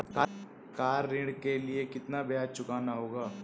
Car ऋण के लिए कितना ब्याज चुकाना होगा?